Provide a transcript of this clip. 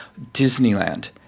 Disneyland